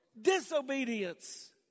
disobedience